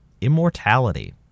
Immortality